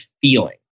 feeling